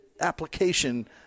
application